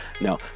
No